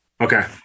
Okay